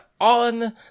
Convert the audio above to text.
on